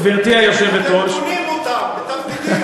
גברתי היושבת-ראש, אתם קונים אותם בתפקידים.